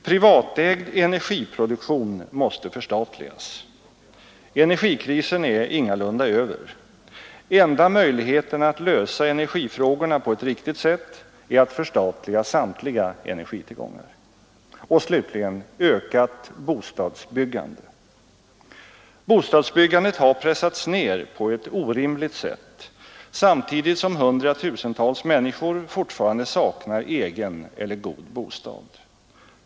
Privatägd energiproduktion förstatligas. Energikrisen är ingalunda över. Enda möjligheten att lösa energifrågorna på ett riktigt sätt är att förstatliga samtliga energitillgångar. Ökat bostadsbyggande. Bostadsbyggandet har pressats ner på ett orimligt sätt, samtidigt som hundratusentals människor fortfarande saknar egen eller god bostad.